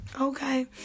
Okay